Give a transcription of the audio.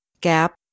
Gap